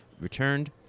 returned